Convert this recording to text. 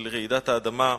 של רעידת האדמה,